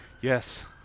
Yes